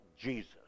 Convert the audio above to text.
Jesus